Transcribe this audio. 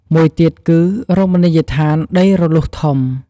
មួយទៀតគឺ រមនីយដ្ឋានដីរលុះធំ។